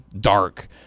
dark